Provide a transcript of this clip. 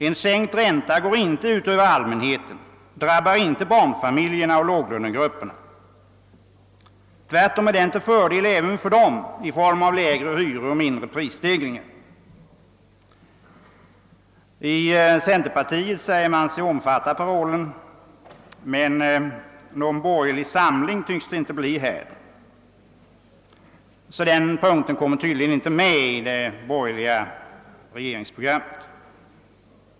En sänkt ränta går inte ut över allmänheten, drabbar inte barnfamiljerna och låglönegrupperna. Tvärtom — den är till fördel även för dem i form av lägre hyror och mindre prisstegringar. I centerpartiet säger man sig omfatta parollen, men någon borgerlig samling tycks det inte bli härvidlag, så denna punkt kommer troligen inte med i det borgerliga regeringsprogrammet.